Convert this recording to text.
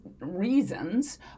reasons